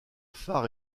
phare